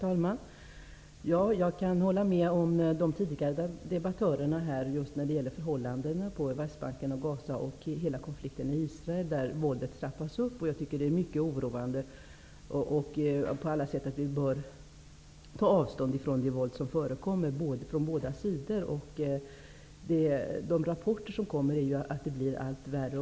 Herr talman! Jag kan hålla med om vad de tidigare debattörerna har sagt om förhållandena på Västbanken och Gaza och hela konflikten i Israel, där våldet trappas upp. Jag tycker att det är mycket oroande och att vi på alla sätt bör ta avstånd från det våld som förekommer från båda sidor. Enligt de rapporter som kommer blir det allt värre.